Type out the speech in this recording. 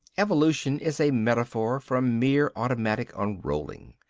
evolution is a metaphor from mere automatic unrolling.